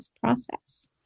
process